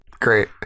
Great